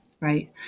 right